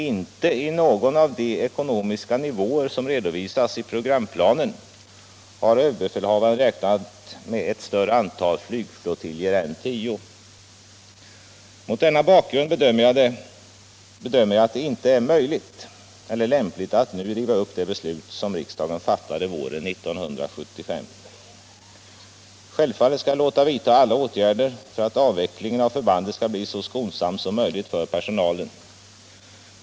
Inte i någon av de ekonomiska nivåer som redovisas i programplanen har överbefälhavaren räknat med ett större antal flygflottiljer än tio. Mot denna bakgrund bedömer jag att det inte är möjligt eller lämpligt att nu riva upp det beslut som riksdagen fattade våren 1975. Självfallet skall jag låta vidta alla åtgärder för att avvecklingen av förbandet skall bli så skonsam som möjligt för personalen.